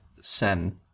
Sen